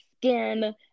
skin